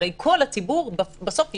הרי כל הציבור בסוף יפר.